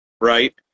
Right